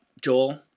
Joel